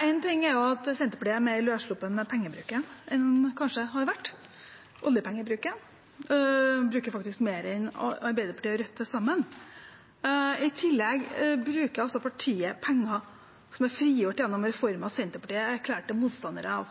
Én ting er at Senterpartiet er mer løsslupne med oljepengebruken enn de kanskje har vært. De bruker faktisk mer enn Arbeiderpartiet og Rødt til sammen. I tillegg bruker partiet penger som er frigjort gjennom reformer Senterpartiet er erklærte motstandere av,